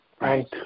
Right